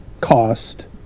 cost